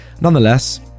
nonetheless